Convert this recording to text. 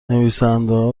نویسندهها